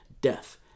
death